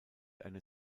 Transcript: eine